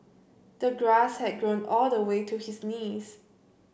the grass had grown all the way to his knees